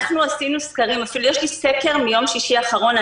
אנחנו עשינו סקרים יש לי סקר מיום שישי האחרון,